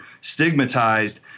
stigmatized